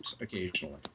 occasionally